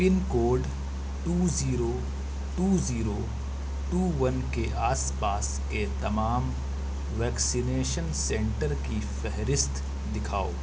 پن code two zero two zero two one کے آس پاس کے تمام ویکسینیشن سنٹر کی فہرست دکھاؤ